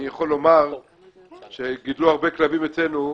אני יכול לומר שגידלו הרבה כלבים אצלנו,